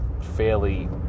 fairly